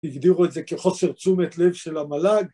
הגדירו את זה כחוסר תשומת לב של המל"ג.